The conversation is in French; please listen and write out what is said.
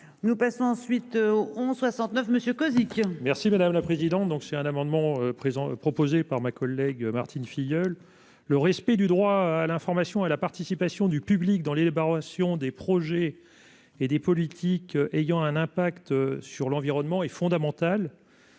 nous passons ensuite au 11 69. Monsieur Cosic. Merci madame la présidente. Donc c'est un amendement prison proposée par ma collègue Martine Filleul le respect du droit à l'information et la participation du public dans les débats relation des projets et des politiques ayant un impact sur l'environnement est fondamental.--